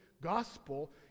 gospel